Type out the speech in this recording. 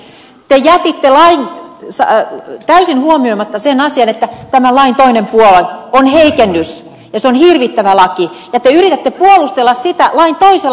te jätitte täysin huomioimatta sen asian että tämän lain toinen puoli on heikennys se on hirvittävä laki ja te yritätte puolustella sitä lain toisella puolella